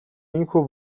ийнхүү